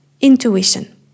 intuition